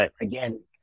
again